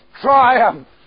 triumph